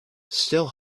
still